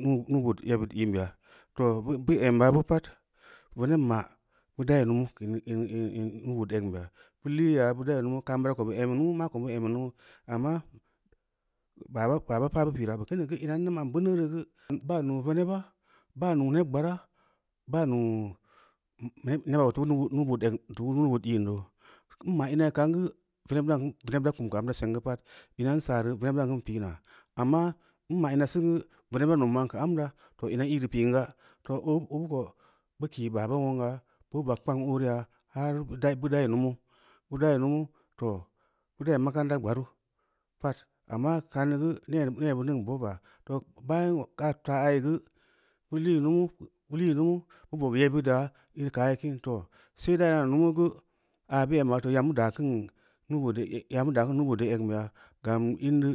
nuu-bood yebid i’n beya. Too, bu em abu pad veneb ma’ bii dayi mama keu in nuu bood egn beya bu lii ya bu dayi lumu kaam bira ko bu ammi lunu mako mu ammi lumu, amma baba pa da paa bu pira baa kini geu in a n da ma’n beuneu roo geu, baa nuu veneba, baa nuu neb gbaara, baa nuu neba iteu bu nuu-bood agn nuu-bood i’n nou, n ma’ mai kaam geu veneb dan keun veneb da kum geu amta seng geu pad, ina n saa re veneb dan kin pi’naa. Amma n ma’ ina singeu, veneb da nim ma’n keu am da, to ina n i’reu pi’n ga, too obu ko bu kii ba ban bu mulangna, bu bag kpang ooreu yaa, har bu dayi numu, bu dayi mumu too, bu dayi makanta gbaru pad, amma kaan neu geu neu bu ningn bobba, to bayan aa taa ayi geu, bu lii mummu bu lii numu, bu bob yebbid da keu areu kin to, sai da yan numu geu aa bu amma to yamu da kin yaki dakin nuun-bood deu egn beya gan in deu,